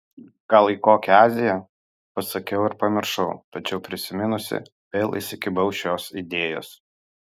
gal į kokią aziją pasakiau ir pamiršau tačiau prisiminusi vėl įsikibau šios idėjos